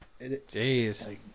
Jeez